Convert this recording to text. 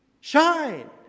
Shine